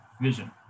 vision